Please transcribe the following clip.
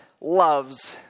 loves